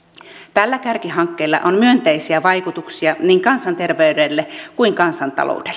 tällä kärkihankkeella on myönteisiä vaikutuksia niin kansanterveyteen kuin kansantalouteen